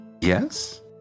Yes